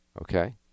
okay